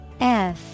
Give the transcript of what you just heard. -F